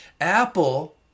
Apple